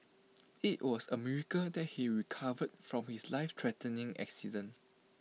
IT was A miracle that he recovered from his lifethreatening accident